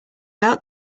out